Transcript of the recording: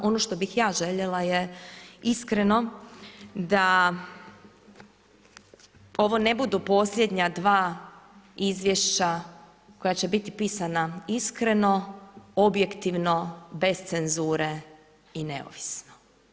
Ono što bih ja željela je iskreno da ovo ne budu posljednja dva izvješća koja će biti pisana iskreno, objektivno, bez cenzure i neovisno.